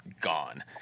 gone